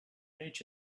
reach